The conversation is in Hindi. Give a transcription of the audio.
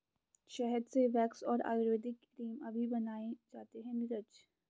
शहद से वैक्स और आयुर्वेदिक क्रीम अभी बनाए जाते हैं नीरज